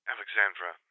Alexandra